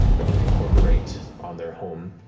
when they recorporate on their home